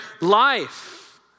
life